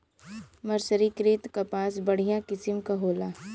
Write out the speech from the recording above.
मर्सरीकृत कपास बढ़िया किसिम क होला